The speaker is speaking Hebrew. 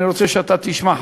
אני רוצה שאתה תשמע,